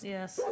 Yes